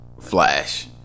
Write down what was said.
Flash